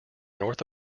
north